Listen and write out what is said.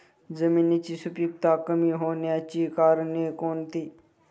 जमिनीची सुपिकता कमी होण्याची कारणे कोणती?